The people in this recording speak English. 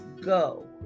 go